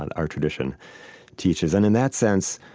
and our tradition teaches. and in that sense,